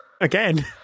again